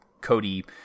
Cody